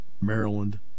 Maryland